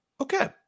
okay